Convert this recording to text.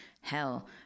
Hell